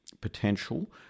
potential